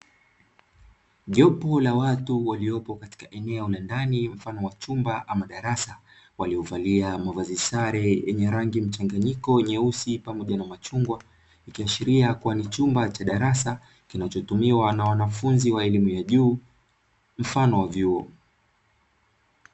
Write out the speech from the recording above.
Jopo la watu waliopo katika eneo la ndani mfano wa chumba ama darasa, waliovalia mavazi sare yenye rangi mchanganyiko nyeusi pamoja na machungwa, ikiashiria kuwa ni chumba cha darasa kinachotumiwa na wanafunzi wa elimu ya juu mfano wa vyuo.